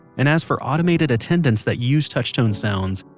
and as for automated attendants that use touch tone sounds,